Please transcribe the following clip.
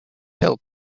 hill